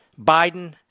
Biden